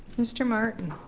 mr. martin.